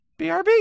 BRB